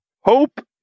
Hope